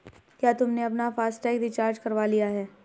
क्या तुमने अपना फास्ट टैग रिचार्ज करवा लिया है?